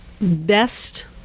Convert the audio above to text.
best